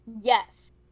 Yes